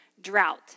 drought